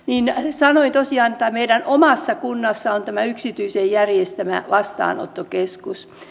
sanoin tosiaan että meidän omassa kunnassa on tämä yksityisen järjestämä vastaanottokeskus